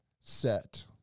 set